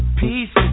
peace